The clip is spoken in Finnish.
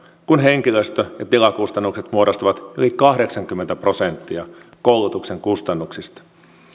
kun henkilöstö ja tilakustannukset muodostavat yli kahdeksankymmentä prosenttia koulutuksen kustannuksista